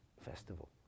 festival